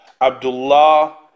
Abdullah